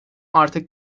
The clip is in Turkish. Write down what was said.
artık